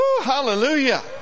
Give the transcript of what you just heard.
hallelujah